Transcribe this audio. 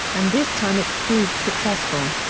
and this time it proved successful.